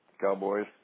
cowboys